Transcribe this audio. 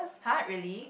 !huh! really